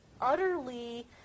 utterly